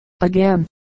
Again